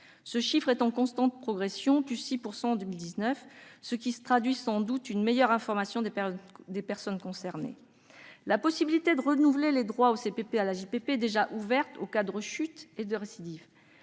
Ce nombre est en constante progression- il a augmenté de 6 % en 2019 -, ce qui traduit sans doute une meilleure information des personnes concernées. La possibilité de renouveler les droits au CPP et à l'AJPP est déjà ouverte aux cas de rechute ou de récidive.